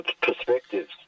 perspectives